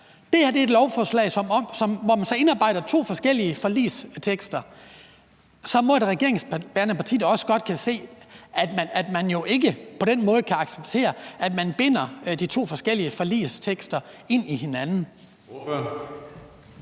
det her er et lovforslag, hvor man så indarbejder to forskellige forligstekster. Så må et regeringsbærende parti da også godt kunne se, at man jo ikke på den måde kan acceptere, at to forskellige forligstekster forbindes med hinanden.